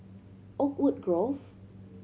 Oakwood Grove